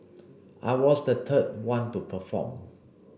I was the third one to perform